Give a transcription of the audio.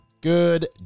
Good